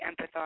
empathize